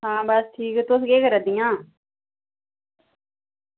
आं बस ठीक तुस केह् करा दी आं